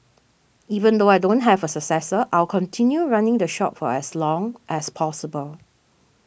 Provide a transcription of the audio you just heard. even though I don't have a successor I'll continue running the shop for as long as possible